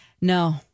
No